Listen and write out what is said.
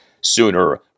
sooner